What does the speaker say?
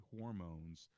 hormones